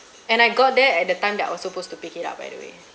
and I got there at the time that I was supposed to pick it up by the way